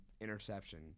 interception